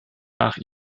nach